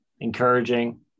encouraging